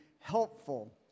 helpful